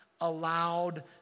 Allowed